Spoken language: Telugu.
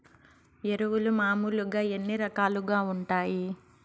ఎరువులు మామూలుగా ఎన్ని రకాలుగా వుంటాయి?